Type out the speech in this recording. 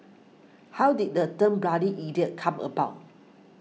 how did the term bloody idiot come about